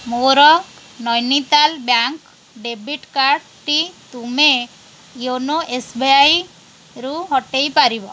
ମୋର Nainital bank debit କାର୍ଡ଼୍ଟି ତୁମେ ୟୋନୋ ଏସ୍ବିଆଇରୁ ହଟାଇ ପାରିବ